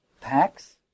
Packs